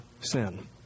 sin